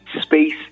Space